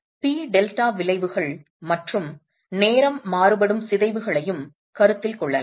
P delta விளைவுகள் மற்றும் நேரம் மாறுபடும் சிதைவுகளையும் கருத்தில் கொள்ளலாம்